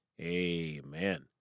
amen